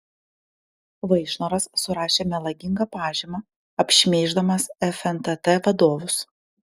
vaišnoras surašė melagingą pažymą apšmeiždamas fntt vadovus